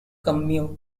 commute